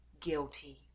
guilty